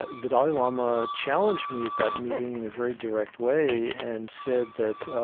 the dalai lama challenged me at that meeting in a very direct way and said that,